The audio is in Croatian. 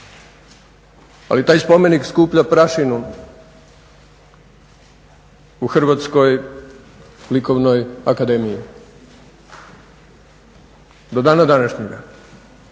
ali taj spomenik skuplja prašinu u Hrvatskoj likovnoj akademiji do dana današnjega.